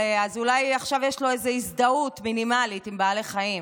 אז אולי עכשיו יש לו איזו הזדהות מינימלית עם בעלי חיים.